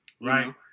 Right